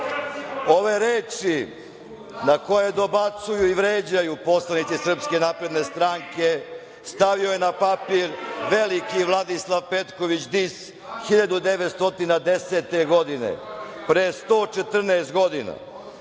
reči na koje dobacuju i vređaju poslanici SNS, stavio je na papir veliki Vladislav Petković Dis, 1910. godine, pre 114 godina.